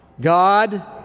God